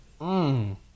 Mmm